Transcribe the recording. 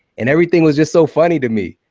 and everything was just so funny to me.